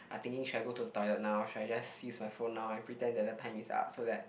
I thinking should I just go to the toilet now should I just freeze my phone now and pretend that the time is up so that